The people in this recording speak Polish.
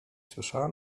słyszała